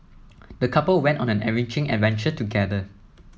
the couple went on an enriching adventure together